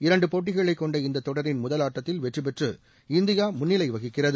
இரண்டு போட்டிகளை கொண்ட இந்த தொடரின் முதல் ஆட்டத்தில் வெற்றி பெற்று இந்தியா முன்னிலை வகிக்கிறது